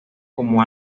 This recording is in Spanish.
como